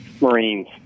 Marines